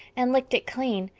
and licked it clean.